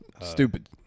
Stupid